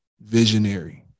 visionary